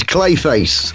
Clayface